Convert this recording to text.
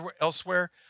elsewhere